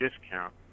discount